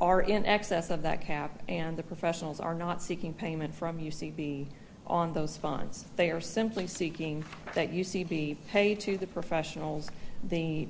are in excess of that cap and the professionals are not seeking payment from u c b on those funds they are simply seeking that u c b pay to the professionals the